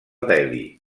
delhi